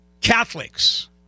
catholics